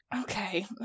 Okay